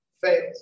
fails